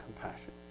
compassion